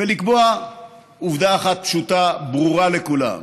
ולקבוע עובדה אחת פשוטה, ברורה לכולם: